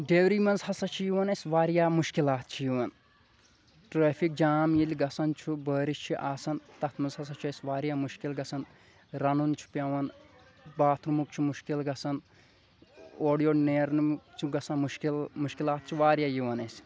ڈیوری منٛز ہسا چھِ یِوان اسہِ واریاہ مُشکلات چھِ یِوان ٹریفِک جام ییٚلہِ گژھان چھُ بٲرِش چھِ آسان تتھ منٛز ہسا چھُ اسہِ واریاہ مُشکل گژھان رنُن چھُ پٮ۪ون باتھ روٗمُک چھُ مُشکل گژھان اورٕ یورٕ نیرُن چھُ گژھان مُشکل مُشکلات چھِ واریاہ یِوان اسہِ